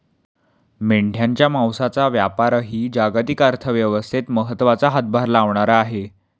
मेंढ्यांच्या मांसाचा व्यापारही जागतिक अर्थव्यवस्थेत महत्त्वाचा हातभार लावणारा आहे